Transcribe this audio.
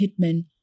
hitman